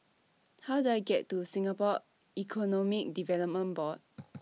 How Do I get to Singapore Economic Development Board